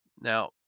Now